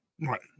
Right